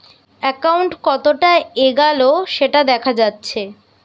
account কতোটা এগাল সেটা দেখা যাচ্ছে